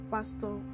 Pastor